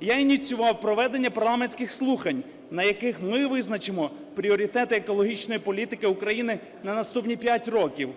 Я ініціював проведення парламентських слухань, на яких ми визначимо пріоритети екологічної політики України на наступні 5 років.